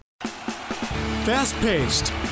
Fast-paced